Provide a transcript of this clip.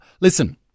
Listen